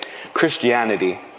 Christianity